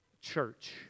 church